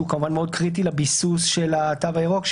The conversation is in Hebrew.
שהוא כמובן מאוד קריטי לביסוס של התו הירוק,